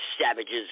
savages